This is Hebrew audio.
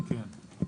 כן.